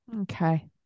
Okay